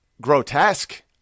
grotesque